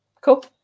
Cool